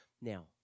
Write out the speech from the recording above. Now